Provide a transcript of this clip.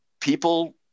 people